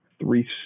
three